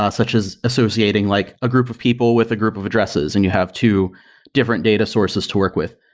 ah such as associating like a group of people with a group of addresses and you have two different data sources to work with.